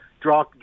draw